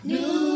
New